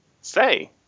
say